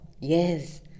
yes